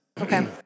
Okay